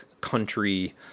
country